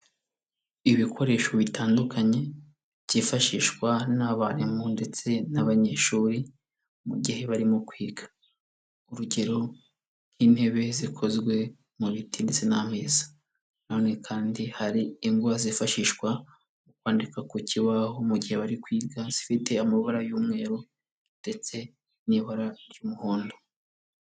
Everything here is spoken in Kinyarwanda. Ibikoresho bitandukanye byifashishwa n'abarimu ndetse n'abanyeshuri mu gihe barimo kwiga. Urugero nk'intebe zikozwe mu biti ndetse n'ameza na none kandi hari ingwa zifashishwa mu kwandika ku kibaho mu gihe bari kwiga, zifite amabara y'umweru ndetse n'ibara ry'umuhondo.